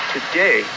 Today